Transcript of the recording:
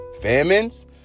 famines